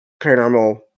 paranormal